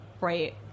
right